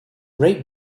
rate